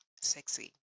Sexy